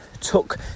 took